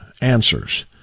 answers